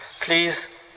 Please